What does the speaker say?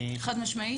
חד-משמעית?